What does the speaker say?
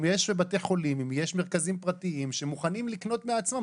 אם יש בתי חולים ומרכזים פרטיים שמוכנים לקנות מעצמם,